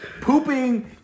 Pooping